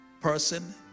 person